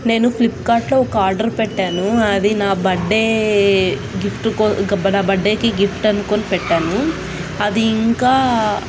నేను ఫ్లిప్కార్ట్లో ఒక ఆర్డర్ పెట్టాను అది నా బర్డే గిఫ్ట్కో ఇక నా బర్డేకి గిఫ్ట్ అనుకొని పెట్టాను అది ఇంకా